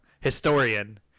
historian